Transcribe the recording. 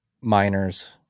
miners